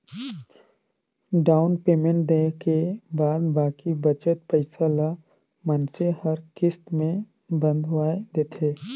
down payment देय के बाद बाकी बचत पइसा ल मइनसे हर किस्त में बंधवाए देथे